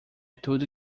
tudo